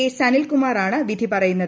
സ്ത്രനിൽകുമാറാണ് വിധി പറയുന്നത്